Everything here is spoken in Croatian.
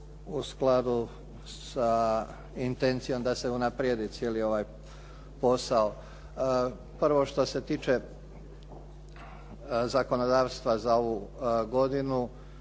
u skladu sa intencijom da se unaprijedi cijeli ovaj posao. Prvo što se tiče zakonodavstva za ovu godinu.